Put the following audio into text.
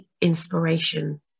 inspiration